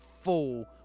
full